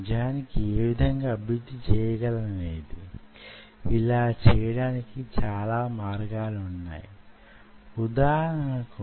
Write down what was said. నిజానికి నేనే స్వయంగా వాటిని శుద్ధమైన సిలికాన్ ఆధారితాలతో నిర్మించాను